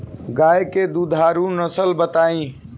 गाय के दुधारू नसल बताई?